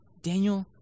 Daniel